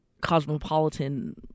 Cosmopolitan